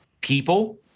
people